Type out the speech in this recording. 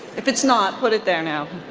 if it's not, put it there now.